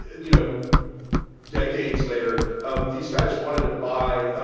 you know decades later, um these guys wanted to buy